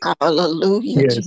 Hallelujah